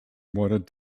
wanted